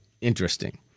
interesting